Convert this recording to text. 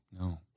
No